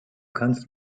kannst